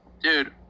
Dude